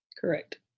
Correct